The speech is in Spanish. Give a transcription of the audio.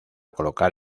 colocar